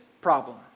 problem